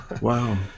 Wow